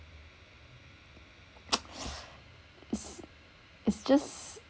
it's it's just